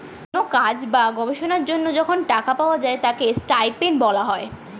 কোন কাজ বা গবেষণার জন্য যখন টাকা পাওয়া যায় তাকে স্টাইপেন্ড বলা হয়